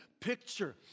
picture